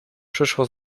przyszło